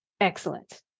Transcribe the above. Excellent